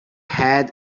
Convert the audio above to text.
had